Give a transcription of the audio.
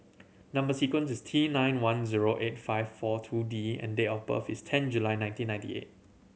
number sequence is T nine one zero eight five four two D and date of birth is ten July nineteen ninety eight